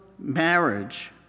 marriage